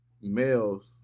males